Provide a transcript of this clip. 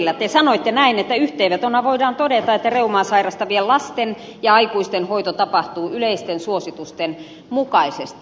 te sanoitte näin että yhteenvetona voidaan todeta että reumaa sairastavien lasten ja aikuisten hoito tapahtuu yleisten suositusten mukaisesti